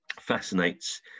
fascinates